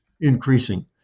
increasing